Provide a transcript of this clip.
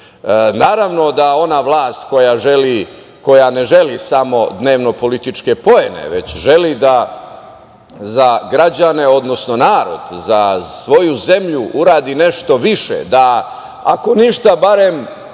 da ona vlast koja ne želi samo dnevnopolitičke poene, već želi da za građane, odnosno narod, za svoju zemlju uradi nešto više, da, ako ništa, barem